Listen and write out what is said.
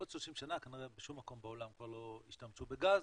בעוד 30 שנה כנראה שום מקום בעולם כבר לא ישתמשו בגז,